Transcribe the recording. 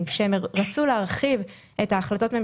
כשעיריית ירושלים